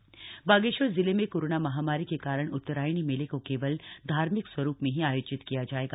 उत्तरायणी मेला बागेश्वर जिले में कोरोना महामारी के कारण उत्तरायणी मेले को केवल धार्मिक स्वरूप में ही आयोजित किया जाएगा